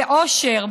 בעושר,